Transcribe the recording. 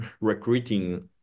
recruiting